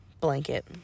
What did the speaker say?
blanket